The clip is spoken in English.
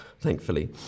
thankfully